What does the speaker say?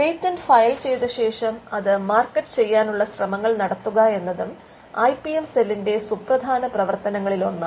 patent file ചെയ്ത ശേഷം അത് മാർക്കറ്റ് ചെയ്യാനുള്ള ശ്രമങ്ങൾ നടത്തുക എന്നതും ഐ പി എം സെല്ലിന്റെ സുപ്രധാന പ്രവർത്തനങ്ങളിലൊന്നാണ്